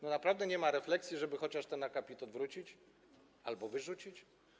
Naprawdę nie ma refleksji, żeby chociaż ten akapit odwrócić albo wyrzucić?